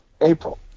April